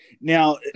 now